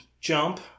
jump